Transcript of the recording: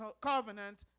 covenant